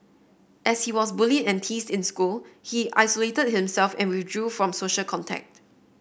as he was bullied and tease in school he isolated himself and withdrew from social contact